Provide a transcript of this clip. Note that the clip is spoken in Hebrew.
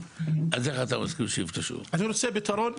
אז איך אתה רוצה --- אני רוצה פתרונות.